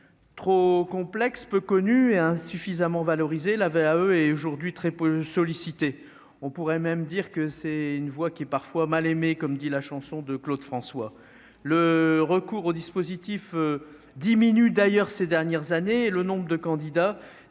trop complexe, peu connu et insuffisamment valorisées la VAE est aujourd'hui très peu sollicité, on pourrait même dire que c'est une voix qui est parfois mal aimé, comme dit la chanson de Claude François, le recours au dispositif diminue d'ailleurs ces dernières années, le nombre de candidats